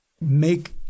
make